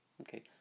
Okay